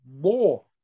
more